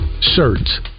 shirts